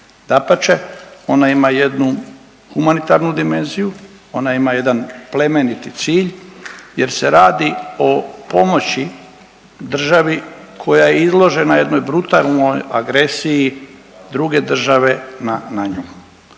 dapače ona ima jednu humanitarnu dimenziju, ona ima jedan plemeniti cilj jer se radi o pomoći državi koja je izložena jednoj brutalnoj agresiji druge države na nju.